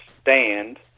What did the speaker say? stand